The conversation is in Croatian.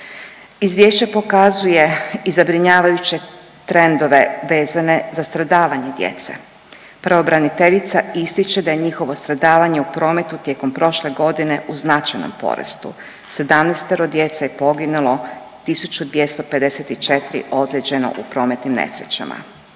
Izvješće pokazuje i zabrinjavajuće trendove vezane za stradavanje djece. Pravobraniteljica ističe da je njihovo stradavanje u prometu tijekom prošle godine u značajnom porastu. 17 djece je poginulo, 1254 ozlijeđeno u prometnim nesrećama.